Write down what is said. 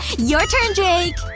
your turn, jake!